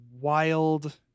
wild